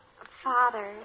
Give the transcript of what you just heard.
Father